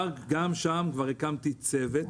גם שם כבר הקמתי צוות בנושא.